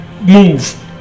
move